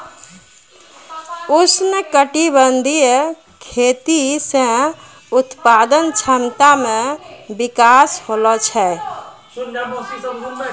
उष्णकटिबंधीय खेती से उत्पादन क्षमता मे विकास होलो छै